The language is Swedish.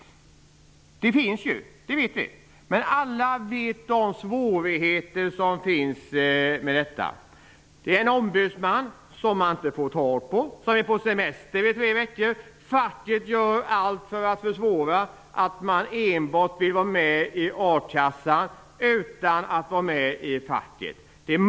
Alla känner till svårigheterna med detta. Man får inte tag på ombudsmannen. Han är kanske på semester i tre veckor. Facket gör allt för att försvåra för dem som vill vara med i a-kassan utan att vara med i facket.